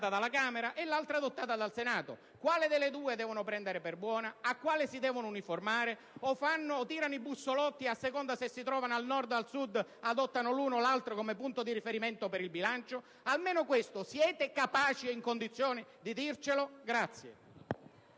dalla Camera e una adottata dal Senato. Quale delle due devono prendere per buona? A quale si devono uniformare? Oppure tirano i bussolotti e, a seconda che si trovino a Nord o a Sud, adottano l'una o l'altra come punto di riferimento per il bilancio? Almeno questo, siete capaci e in condizione di dircelo?